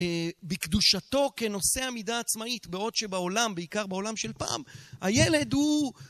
בקדושתו כנושא עמידה עצמאית בעוד שבעולם, בעיקר בעולם של פעם, הילד הוא